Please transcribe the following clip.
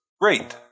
great